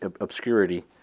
obscurity